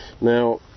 Now